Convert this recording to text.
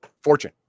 fortune